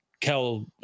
Kel